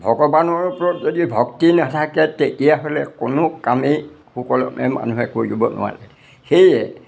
ভগৱানৰ ওপৰত যদি ভক্তি নাথাকে তেতিয়াহ'লে কোনো কামেই সুকলমে মানুহে কৰিব নোৱাৰে সেয়ে